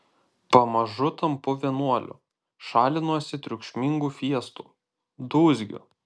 pamažu tampu vienuoliu šalinuosi triukšmingų fiestų dūzgių